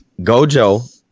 Gojo